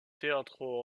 teatro